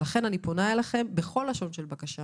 ולכן אני פונה אליכם בכל לשון של בקשה